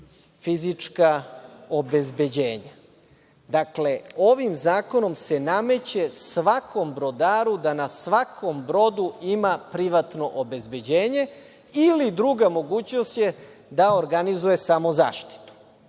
fizička obezbeđenja. Dakle, ovim zakonom se nameće svakom brodaru da na svakom brodu ima privatno obezbeđenje ili druga mogućnost je da organizuje samozaštitu. To